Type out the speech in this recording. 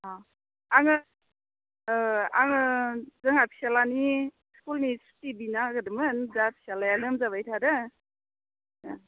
अ आंङो आङो जोंहा फिसाज्लानि स्कुलनि सुटि बिनो नागिरदोंमोन जोंहा फिसाज्लाया लोमजाबाय थादों